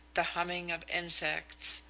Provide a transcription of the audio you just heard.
the humming of insects,